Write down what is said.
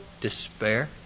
despair